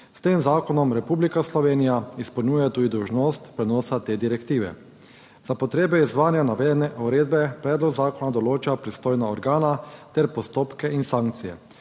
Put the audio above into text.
S tem zakonom Republika Slovenija izpolnjuje tudi dolžnost prenosa te direktive. Za potrebe izvajanja navedene uredbe predlog zakona določa pristojna organa ter postopke in sankcije.